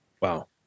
Wow